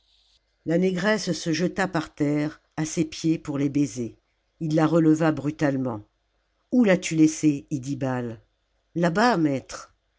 la négresse se jeta par terre à ses pieds pour les baiser il la releva brutalement où l'as-tu laissé iddibal là bas maître